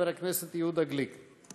חבר הכנסת יהודה גליק.